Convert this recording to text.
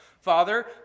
Father